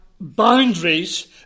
boundaries